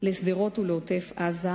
לשדרות ולעוטף-עזה,